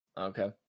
Okay